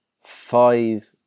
five